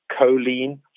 choline